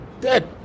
dead